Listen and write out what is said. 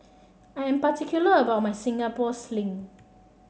I am particular about my Singapore Sling